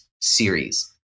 series